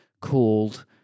called